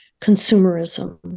consumerism